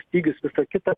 stygius visa kita